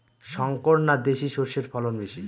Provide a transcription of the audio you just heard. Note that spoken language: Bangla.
শংকর না দেশি সরষের ফলন বেশী?